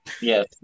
Yes